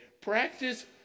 Practice